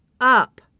up